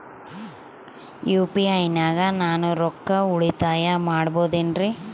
UPI ನಾಗ ನಾನು ರೊಕ್ಕ ಉಳಿತಾಯ ಮಾಡಬಹುದೇನ್ರಿ?